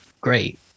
great